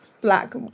Black